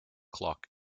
clock